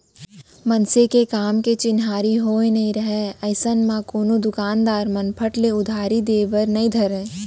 मनसे के काम के चिन्हारी होय नइ राहय अइसन म कोनो दुकानदार मन फट ले उधारी देय बर नइ धरय